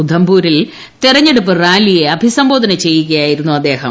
ഉദ്ദംപൂരിൽ തെരഞ്ഞടുപ്പ് റാലിയെ അഭിസംബോധന ചെയ്യുകയായിരുന്നു അദ്ദേഹം